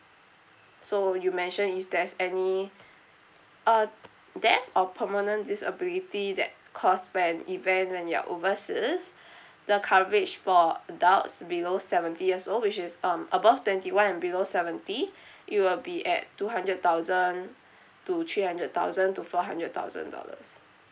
so you mentioned if there's any uh death or permanent disability that cause when even when you are overseas the coverage for adults below seventy years old which is um above twenty one and below seventy it will be at two hundred thousand to three hundred thousand to four hundred thousand dollars